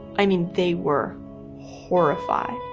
i mean, they were horrified.